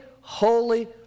holy